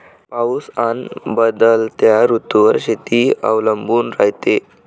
पाऊस अन बदलत्या ऋतूवर शेती अवलंबून रायते